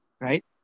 right